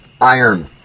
iron